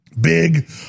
big